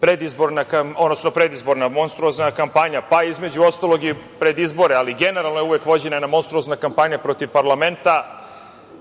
predizborna, odnosno predizborna monstruozna kampanja, pa između ostalog i pred izbore, ali generalno je uvek vođena jedna monstruozna kampanja protiv parlamenta,